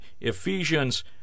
Ephesians